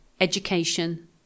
education